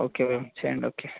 okay ma'am చేయండి okay